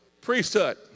priesthood